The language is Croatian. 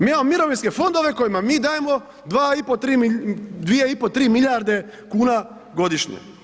Mi imamo mirovinske fondove kojima mi dajemo 2,5, 3 milijarde kuna godišnje.